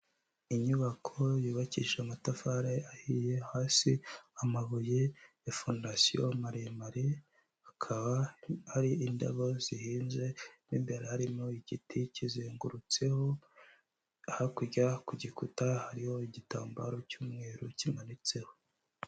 Inyubako yubakishije amatafari ahiye hasi, amabuye ya fondasiyo maremare, hakaba hari indabo zihinze, mu imbere harimo igiti kizengurutseho, hakurya ku gikuta hariho igitambaro cy'umweru kimanitseho.